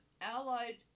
allied